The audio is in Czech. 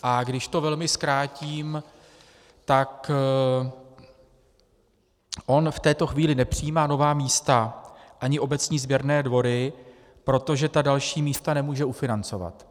A když to velmi zkrátím, tak on v této chvíli nepřijímá nová místa ani obecní sběrné dvory, protože ta další místa nemůže ufinancovat.